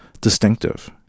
distinctive